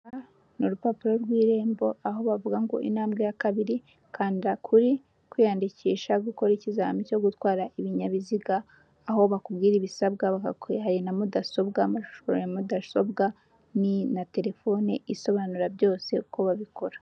Ni urupapuro rw'irembo aho bavuga ngo intambwe ya kabiri kanda kuri kwiyandikisha gukora ikizami cyo gutwara ibinyabiziga, aho bakubwira ibisabwa bakakwereka na mudasobwa, amashusho ya mudasobwa na telefoni isobanura byose uko babikora.